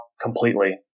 completely